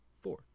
four